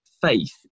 faith